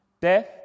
Death